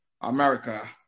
America